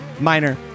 Minor